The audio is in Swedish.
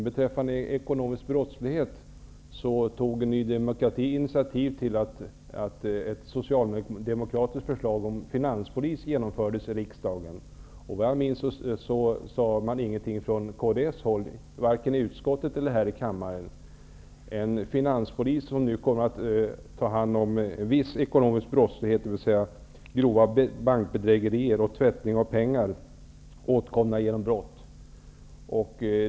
Beträffande ekonomisk brottslighet tog Ny demokrati initiativ till att ett socialdemokratiskt förslag om finanspolis genomfördes i riksdagen, och vad jag minns sade man från kds håll ingenting om detta, vare sig i utskottet eller här i kammaren. Denna finanspolis kommer nu att ta hand om viss ekonomisk brottslighet, dvs. grova bankbedrägerier och tvättning av pengar åtkomna genom brott.